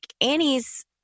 Annie's